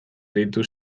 deitu